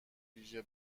ویژه